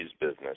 business